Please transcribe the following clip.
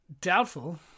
Doubtful